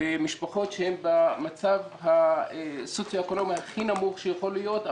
מדובר על משפחות שהן במצב הסוציו-אקונומי הכי נמוך שיכול להיות.